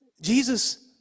Jesus